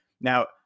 Now